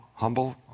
humble